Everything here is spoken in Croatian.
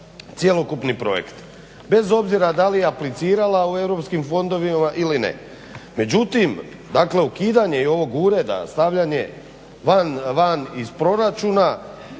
cjelokupni projekt. Bez obzira da li aplicirala u europskim fondovima ili ne. Međutim ukidanje i ovog ureda, stavljanje van iz proračuna